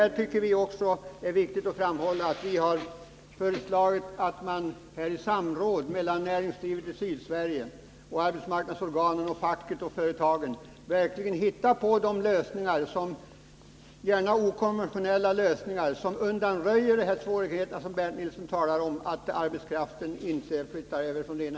Vi tycker också att det är viktigt att framhålla att vi har föreslagit att man i samråd mellan näringslivet i Sydsverige och arbetsmarknadsorganen, mellan facket och företagen, verkligen söker komma fram till de lösningar — gärna okonventionella sådana — som kan undanröja de svårigheter som Bernt Nilsson talar om.